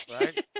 Right